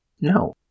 No